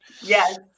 Yes